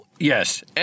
Yes